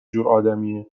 جورآدمیه